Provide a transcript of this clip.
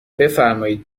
بفرمایید